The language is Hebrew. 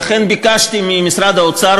לכן ביקשתי ממשרד האוצר,